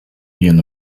ian